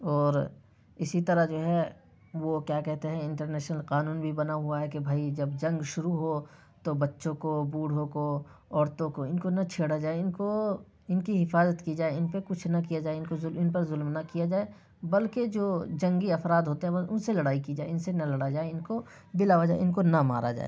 اور اسی طرح جو ہے وہ کیا کہتے ہیں انٹر نیشنل قانون بھی بنا ہوا ہے کہ بھائی جب جنگ شروع ہو تو بچوں کو بوڑھوں کو عورتوں کو ان کو نہ چھیڑا جائے ان کو ان کی حفاظت كی جائے ان پہ کچھ نہ کیا جائے ان کو ان پر ظلم نہ کیا جائے بلکہ جو جنگی افراد ہوتے ہیں ان سے لڑائی کی جائے ان سے نہ لڑا جائے ان کو بلا وجہ ان کو نہ مارا جائے